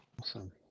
awesome